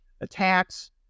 attacks